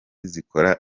zikora